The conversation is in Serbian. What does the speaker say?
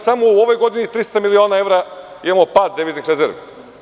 Samo u ovoj godini 300 miliona evra imamo pad deviznih rezervi.